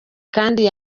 kandi